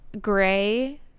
gray